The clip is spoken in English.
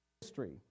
history